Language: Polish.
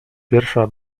pierwsza